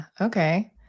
okay